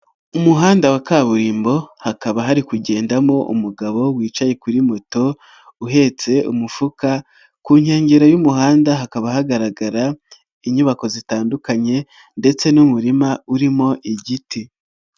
Umuhanda wa kaburimbo hakaba hari kugendamo umugabo wicaye kuri moto uhetse umufuka, ku nkengero y'umuhanda hakaba hagaragara inyubako zitandukanye ndetse n'umurima urimo igiti.